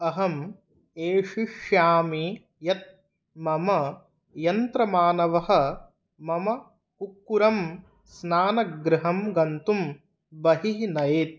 अहम् एषिष्यामि यत् मम यन्त्रमानवः मम कुक्कुरं स्नानगृहं गन्तुं बहिः नयेत्